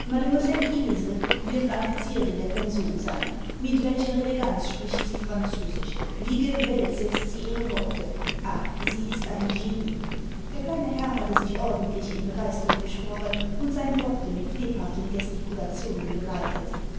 wird eine zierde der pension sein mit welcher eleganz spricht sie französisch wie gewählt setzt sie die worte ah sie ist ein genie der kleine herr hatte sich ordentlich in begeisterung gesprochen und seine worte mit lebhaften gestikulationen begleitet